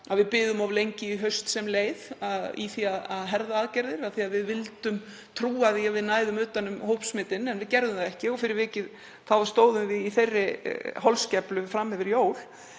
að við biðum of lengi í haust sem leið í því að herða aðgerðir af því að við vildum trúa því að við næðum utan um hópsmitin. En við gerðum það ekki og fyrir vikið stóðum við í þeirri holskeflu fram yfir jól.